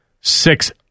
six